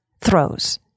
throws